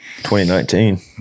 2019